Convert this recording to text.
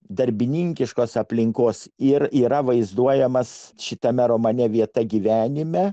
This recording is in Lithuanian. darbininkiškos aplinkos ir yra vaizduojamas šitame romane vieta gyvenime